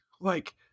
like-